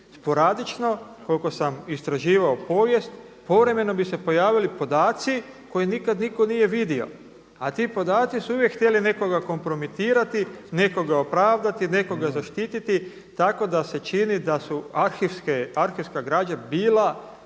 Sporadično, koliko sam istraživao povijest, povremeno bi se pojavili podaci koji nikada nitko nije vidio, a ti podaci su uvijek htjeli nekoga kompromitirati, nekoga opravdati, nekoga zaštititi tako se čini da su arhivska građa bila